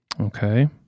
Okay